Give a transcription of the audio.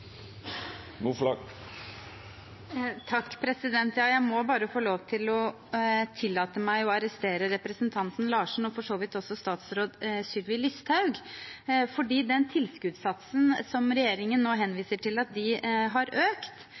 meg å arrestere representanten Larsen – og for så vidt også statsråd Sylvi Listhaug – fordi den økningen i tilskuddssatsen som regjeringen nå henviser til,